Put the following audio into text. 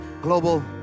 global